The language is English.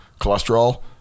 cholesterol